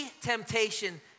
temptation